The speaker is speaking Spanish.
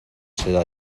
seda